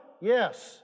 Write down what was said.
Yes